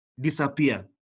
Disappear